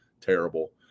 Terrible